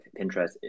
Pinterest